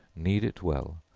knead it well,